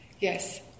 yes